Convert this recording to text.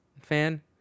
fan